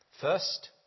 First